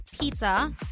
pizza